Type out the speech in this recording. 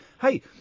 Hey